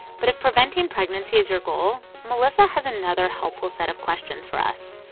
but if preventing pregnancy is your goal, melissa has another helpful set of questions for us.